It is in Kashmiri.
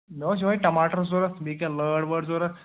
مےٚ اوس یِہَے ٹماٹر ضروٗرت بیٚیہِ کیٚنٛہہ لٲر وٲر ضروٗرت